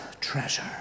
Treasure